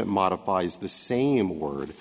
it modifies the same word